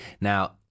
Now